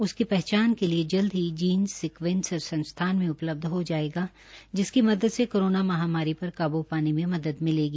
उसकी पहचान पहचान के लिए जल्द ही जीसं सिकवेंसर संस्थान में उपलब्ध हो जायेगा जिसकी मदद से कोरोना महामारी पर काब् पाने मे मदद मिलेगी